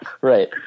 Right